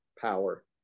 power